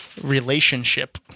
relationship